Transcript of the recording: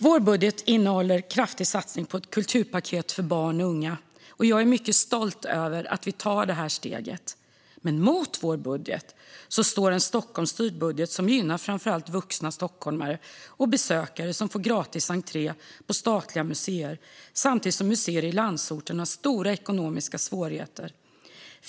Vår budget innehåller en kraftig satsning på ett kulturpaket för barn och unga. Jag är mycket stolt över att vi tar detta steg. Mot vår budget står en Stockholmsstyrd budget som gynnar framför allt vuxna stockholmare och besökare som får gratis entré på statliga museer, samtidigt som museer i landsorten har stora ekonomiska svårigheter.